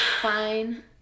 Fine